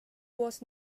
was